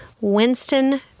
Winston